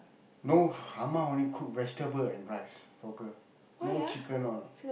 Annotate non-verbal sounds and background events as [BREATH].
no [BREATH] amma only cook vegetable and rice for girl no chicken all